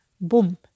boom